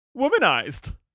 Womanized